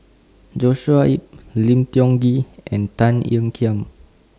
Joshua Ip Lim Tiong Ghee and Tan Ean Kiam